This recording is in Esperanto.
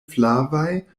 flavaj